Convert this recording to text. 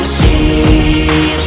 see